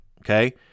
Okay